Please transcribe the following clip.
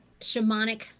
shamanic